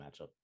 matchup